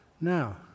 Now